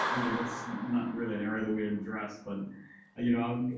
you know that's not really an area that we address. but ah you know,